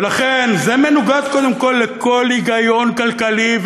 ולכן זה מנוגד קודם כול לכל היגיון כלכלי,